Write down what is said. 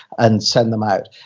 and send them out.